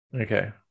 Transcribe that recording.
Okay